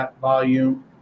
volume